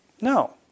No